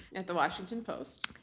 at the washington post.